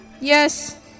Yes